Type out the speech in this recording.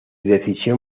decisión